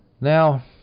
Now